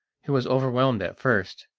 who was overwhelmed at first,